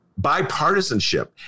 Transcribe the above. bipartisanship